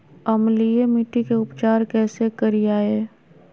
अम्लीय मिट्टी के उपचार कैसे करियाय?